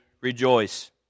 Rejoice